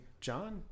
John